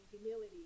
humility